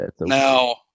Now